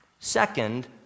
Second